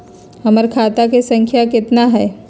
हमर खाता के सांख्या कतना हई?